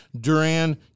Duran